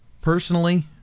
Personally